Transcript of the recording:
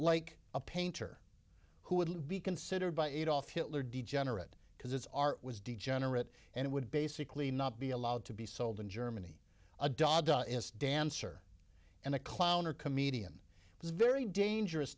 like a painter who would be considered by adolf hitler degenerate because it's are was degenerate and it would basically not be allowed to be sold in germany a da dancer and a clown or comedian is very dangerous